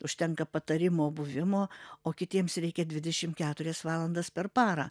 užtenka patarimo buvimo o kitiems reikia dvidešim keturias valandas per parą